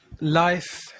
life